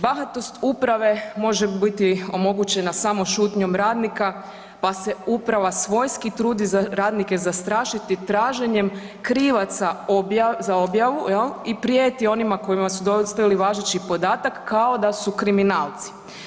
Bahatost uprave može biti omogućena samo šutnjom radnika pa se uprava svojski trudi za radnike zastrašiti traženjem krivaca za objavu jel', i prijeti onima kojima su dostavili važeći podatak kao da su kriminalci.